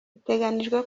biteganijwe